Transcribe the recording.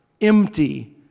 empty